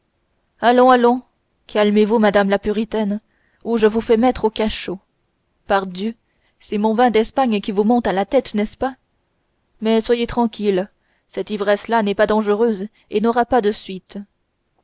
allons allons calmez-vous madame la puritaine ou je vous fais mettre au cachot pardieu c'est mon vin d'espagne qui vous monte à la tête n'est-ce pas mais soyez tranquille cette ivresse là n'est pas dangereuse et n'aura pas de suites